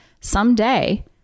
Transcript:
someday